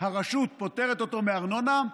והרשות פוטרת אותו מארנונה.